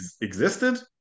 existed